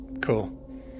Cool